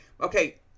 Okay